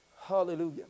Hallelujah